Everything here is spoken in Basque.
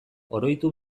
oroitu